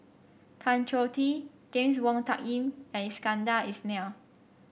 Tan Choh Tee James Wong Tuck Yim and Iskandar Ismail